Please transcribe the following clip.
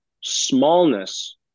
smallness